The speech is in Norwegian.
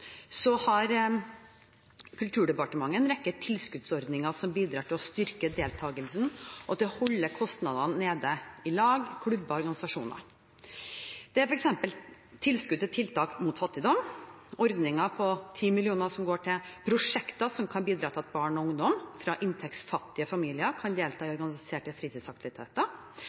har Kulturdepartementet en rekke tilskuddsordninger som bidrar ti1 å styrke deltakelsen, og til å holde kostnadene nede i lag, klubber og organisasjoner. Det er f.eks. tilskudd til tiltak mot barnefattigdom. Ordningen er på 10 mill. kr og går til prosjekter som kan bidra til at barn og ungdom fra inntektsfattige familier kan delta i organiserte fritidsaktiviteter.